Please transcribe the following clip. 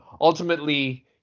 ultimately